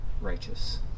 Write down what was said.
righteous